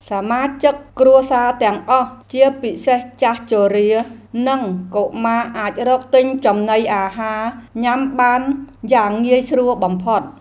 សមាជិកគ្រួសារទាំងអស់ជាពិសេសចាស់ជរា និងកុមារអាចរកទិញនំចំណីអាហារញ៉ាំបានយ៉ាងងាយស្រួលបំផុត។